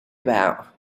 about